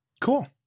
Cool